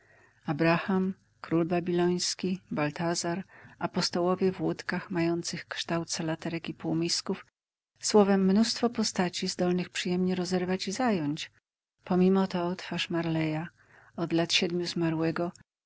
piernatów abraham król babiloński baltazar apostołowie w łódkach mających kształt salaterek i półmisków słowem mnóstwo postaci zdolnych przyjemnie rozerwać i zająć pomimo to twarz marleya od lat siedmiu zmarłego